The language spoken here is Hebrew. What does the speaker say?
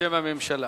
בשם הממשלה.